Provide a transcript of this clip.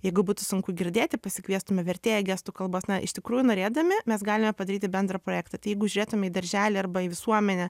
jeigu būtų sunku girdėti pasikviestume vertėją gestų kalbos na iš tikrųjų norėdami mes galime padaryti bendrą projektą tai jeigu žiūrėtume į darželį arba į visuomenę